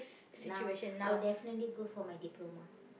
now I will definitely go for my diploma